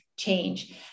change